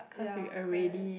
ya correct